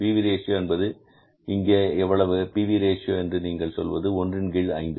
B V ratio PV Ratio என்பது இங்கே எவ்வளவு P V ratio PV Ratio என்று நீங்கள் சொல்வது ஒன்றின் கீழ் 5